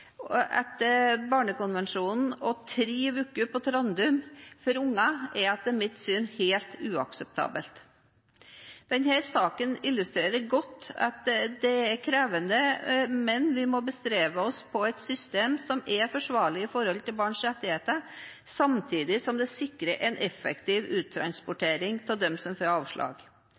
etter barnekonvensjonen. Tre uker på Trandum for unger er etter mitt syn helt uakseptabelt. Denne saken illustrerer godt at det er krevende, men vi må bestrebe oss på et system som er forsvarlig ut fra barns rettigheter, samtidig som det sikrer en effektiv uttransportering av dem som får avslag.